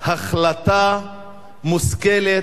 החלטה מושכלת,